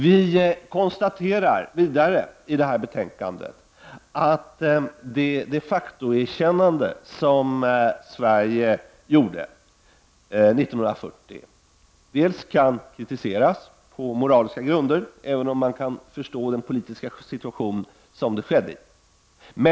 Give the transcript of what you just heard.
Vi konstaterar i betänkandet också att det de facto-erkännande som Sverige gjorde 1940 kan kritiseras på moraliska grunder, även om man kan förstå den politiska situation som rådde då detta skedde.